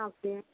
okay